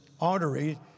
artery